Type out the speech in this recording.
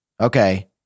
Okay